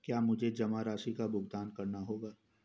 क्या मुझे जमा राशि का भुगतान करना होगा?